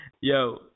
Yo